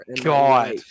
god